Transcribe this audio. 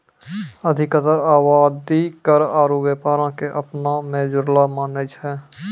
अधिकतर आवादी कर आरु व्यापारो क अपना मे जुड़लो मानै छै